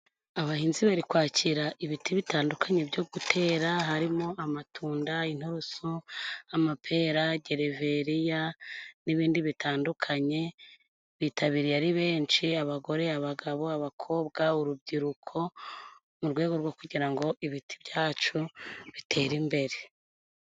Abahinzi bari kwakira ibiti bitandukanye byo gutera, harimo amatunda inturusu, amapera, gereveriya n'ibindi bitandukanye. Bitabiriye ari benshi. Abagore, abagabo, abakobwa, urubyiruko mu rwego rwo kugira ngo ibiti byacu bitere imbere.